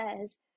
says